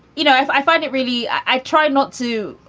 you know. i find it really i tried not to.